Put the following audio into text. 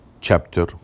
chapter